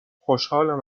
خوشحالم